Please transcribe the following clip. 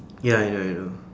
ya I know I know